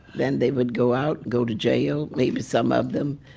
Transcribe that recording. then they would go out, go to jail maybe some of them,